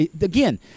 again